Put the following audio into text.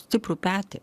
stiprų petį